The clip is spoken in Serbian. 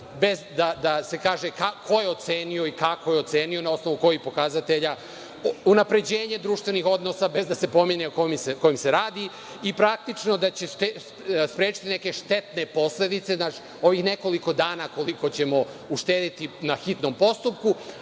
bez da se kaže ko je i kako ocenio, na osnovu kojih pokazatelja, unapređenje društvenih odnosa, bez da se pomene o kojem se radi i praktično da će sprečiti neke štetne posledice, ovih nekoliko dana koliko ćemo uštedeti na hitnom postupku.